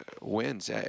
wins